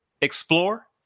explore